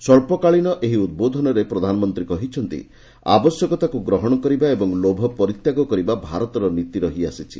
ସ୍ୱଚ୍ଚକାଳୀନ ଏହି ଉଦ୍ବୋଧନରେ ପ୍ରଧାନମନ୍ତ୍ରୀ କହିଛନ୍ତି ଆବଶ୍ୟକତାକୁ ଗ୍ରହଣ କରିବା ଏବଂ ଲୋଭ ପରିତ୍ୟାଗ କରିବା ଭାରତର ନୀତି ରହିଆସିଛି